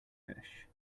fish